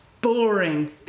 boring